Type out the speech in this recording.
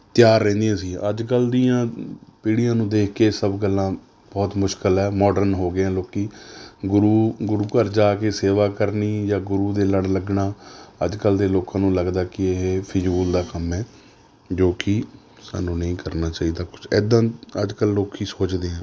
ਤਿਆਰ ਰਹਿੰਦੀਆਂ ਸੀ ਅੱਜ ਕਲ੍ਹ ਦੀਆਂ ਪੀੜ੍ਹੀਆਂ ਨੂੰ ਦੇਖ ਕੇ ਸਭ ਗੱਲਾਂ ਬਹੁਤ ਮੁਸ਼ਕਿਲ ਹੈ ਮੌਡਰਨ ਹੋ ਗਏ ਹੈ ਲੋਕ ਗੁਰੂ ਗੁਰੂ ਘਰ ਜਾ ਕੇ ਸੇਵਾ ਕਰਨੀ ਜਾਂ ਗੁਰੂ ਦੇ ਲੜ੍ਹ ਲੱਗਣਾ ਅੱਜ ਕੱਲ੍ਹ ਦੇ ਲੋਕਾਂ ਨੂੰ ਲੱਗਦਾ ਕਿ ਇਹ ਫਿਜ਼ੂਲ ਦਾ ਕੰਮ ਹੈ ਜੋ ਕਿ ਸਾਨੂੰ ਨਹੀਂ ਕਰਨਾ ਚਾਹੀਦਾ ਕੁਝ ਇੱਦਾਂ ਅੱਜ ਕੱਲ੍ਹ ਲੋਕ ਸੋਚਦੇ ਹੈ